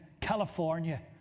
California